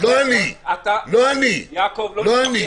לא הבנתי.